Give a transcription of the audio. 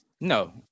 No